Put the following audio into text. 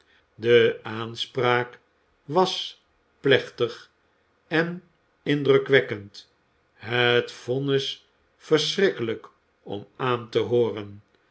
de aanspraak was plechtig en indrukwekkend het vonnis verschrikkelijk om aan te hooren